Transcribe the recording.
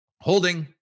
holding